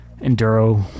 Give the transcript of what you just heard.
enduro